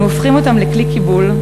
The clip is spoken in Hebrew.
אנו הופכים אותם לכלי קיבול,